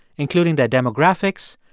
including their demographics,